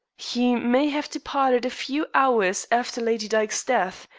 he may have departed a few hours after lady dyke's death,